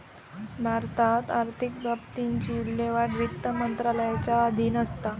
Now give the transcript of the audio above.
भारतात आर्थिक बाबतींची विल्हेवाट वित्त मंत्रालयाच्या अधीन असता